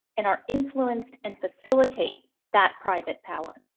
and are influenced, and facilitate that private power.